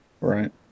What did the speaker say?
Right